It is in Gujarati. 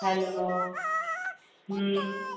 હેલો હમ